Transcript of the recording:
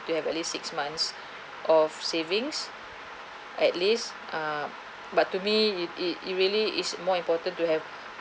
to have at least six months of savings at least ah but to me it it it really is more important to have